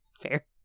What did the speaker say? fair